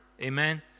Amen